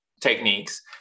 techniques